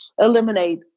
eliminate